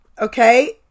okay